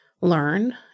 learn